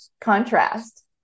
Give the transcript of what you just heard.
contrast